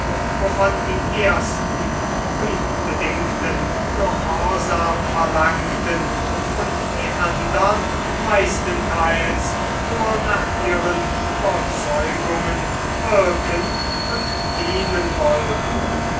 wovon die ersten unbedingten gehorsam verlangten und die andern meistenteils nur nach ihren überzeugungen wirken und dienen wollten